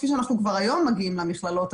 כפי שכבר היום אנחנו מגיעים למכללות,